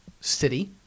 city